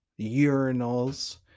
urinals